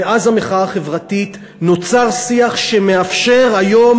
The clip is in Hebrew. מאז המחאה החברתית נוצר שיח שמאפשר היום